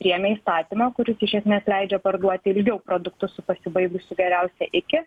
priėmė įstatymą kuris iš esmės laidžia parduoti ilgiau produktus su pasibaigusiu geriausia iki